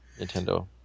Nintendo